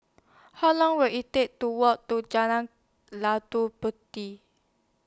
How Long Will IT Take to Walk to Jalan Puteh